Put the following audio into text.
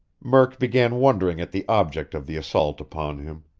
murk began wondering at the object of the assault upon him.